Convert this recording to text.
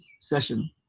session